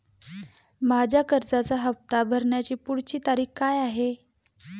माझ्या कर्जाचा हफ्ता भरण्याची पुढची तारीख काय आहे?